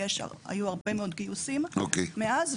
והיו הרבה מאוד גיוסים מאז,